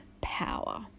power